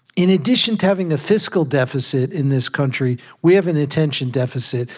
in addition to having a fiscal deficit in this country, we have an attention deficit.